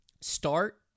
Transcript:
Start